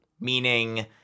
meaning